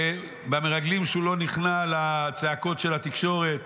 במרגלים, שהוא לא נכנע לצעקות של התקשורת